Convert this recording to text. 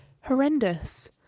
horrendous